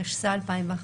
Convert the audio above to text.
התשס"א 2001,